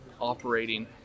operating